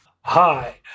Hi